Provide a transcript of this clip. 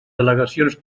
delegacions